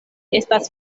estas